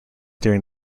during